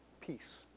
peace